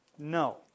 no